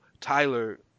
Tyler